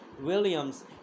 Williams